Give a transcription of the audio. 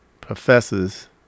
professors